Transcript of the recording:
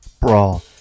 BRAWL